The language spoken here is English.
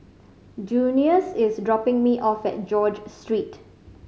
Junious is dropping me off at George Street